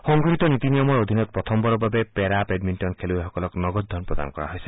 সংশোধিত নীতি নিয়মৰ অধীনত প্ৰথমবাৰৰ বাবে পেৰা বেডমিণ্টন খেলুৱৈসকলক নগদ ধন প্ৰদান কৰা হৈছে